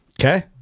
Okay